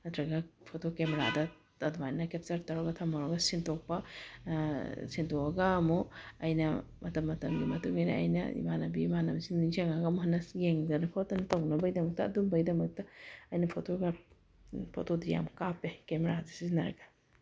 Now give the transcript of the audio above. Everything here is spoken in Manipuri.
ꯅꯠꯇ꯭ꯔꯒ ꯐꯣꯇꯣ ꯀꯦꯃꯦꯔꯥꯗ ꯑꯗꯨꯃꯥꯏꯅ ꯀꯦꯞꯆꯔ ꯇꯧꯔꯒ ꯊꯝꯃꯨꯔꯒ ꯁꯤꯟꯗꯣꯛꯄ ꯁꯤꯟꯗꯣꯛꯑꯒ ꯑꯃꯨꯛ ꯑꯩꯅ ꯃꯇꯝ ꯃꯇꯝꯒꯤ ꯃꯇꯨꯡ ꯏꯟꯅ ꯑꯩꯅ ꯏꯃꯥꯟꯅꯕꯤ ꯏꯃꯥꯟꯅꯕꯁꯤꯡ ꯅꯤꯡꯁꯤꯡꯉꯒ ꯑꯃꯨꯛ ꯍꯟꯅ ꯌꯦꯡꯗꯅ ꯈꯣꯠꯇꯅ ꯇꯧꯅꯕꯒꯤꯗꯃꯛꯇ ꯑꯗꯨꯝꯕꯒꯤꯗꯃꯛꯇ ꯑꯩꯅ ꯐꯣꯇꯣꯗꯤ ꯌꯥꯝ ꯀꯥꯞꯄꯦ ꯀꯦꯃꯦꯔꯥ ꯁꯤꯖꯤꯟꯅꯔꯒ